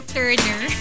Turner